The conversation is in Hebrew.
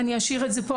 ואני אשאיר את זה פה,